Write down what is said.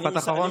משפט אחרון.